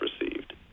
received